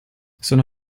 sono